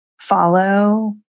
follow